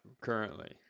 currently